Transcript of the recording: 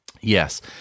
Yes